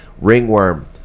ringworm